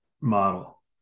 model